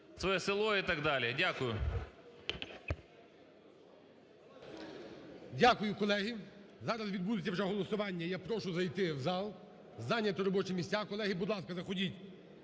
Дякую, колеги. Зараз відбудеться вже голосування, і я прошу зайти в зал, зайняти робочі місця. Колеги, будь ласка, заходіть.